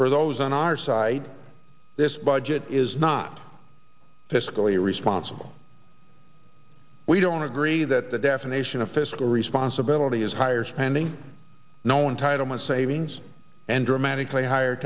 for those on our side this budget is not fiscally responsible we don't agree that the definition of fiscal responsibility is higher spending no one title my savings and dramatically higher